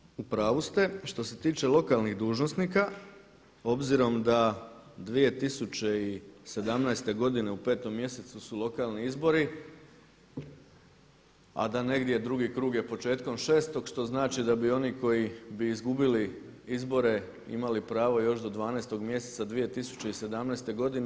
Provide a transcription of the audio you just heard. Kolegice u pravu ste što se tiče lokalnih dužnosnika, obzirom da 2017. godine u 5 mjesecu su lokalni izbori a da negdje drugi krug je početkom 6 što znači da bi oni koji bi izgubili izbore imali pravo još do 12 mjeseca 2017. godine.